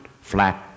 flat